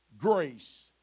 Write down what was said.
grace